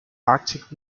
arctic